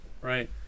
Right